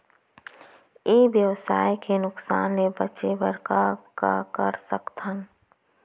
ई व्यवसाय के नुक़सान ले बचे बर का कर सकथन?